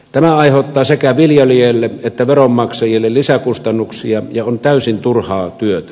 tämä aiheuttaa sekä viljelijöille että veronmaksajille lisäkustannuksia ja on täysin turhaa työtä